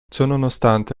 ciononostante